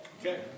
Okay